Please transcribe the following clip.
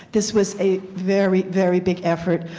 this was a very, very big effort.